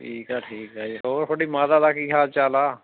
ਠੀਕ ਆ ਠੀਕ ਆ ਹੋਰ ਤੁਹਾਡੀ ਮਾਤਾ ਦਾ ਕੀ ਹਾਲ ਚਾਲ ਆ